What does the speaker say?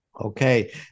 Okay